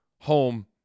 home